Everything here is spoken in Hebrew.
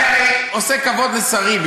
אני הרי עושה כבוד לשרים,